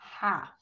half